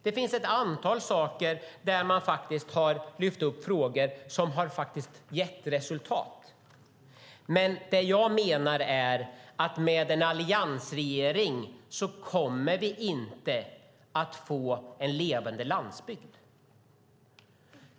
Det finns ett antal saker där man har lyft upp frågor som har gett resultat, men det jag menar är att med en alliansregering kommer vi inte att få en levande landsbygd.